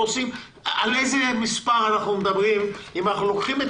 על איזה מספר אנחנו מדברים אם אנחנו לוקחים את